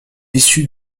issues